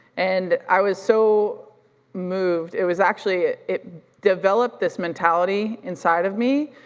and i was so moved, it was actually, it developed this mentality inside of me.